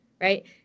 right